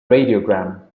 radiogram